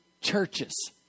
churches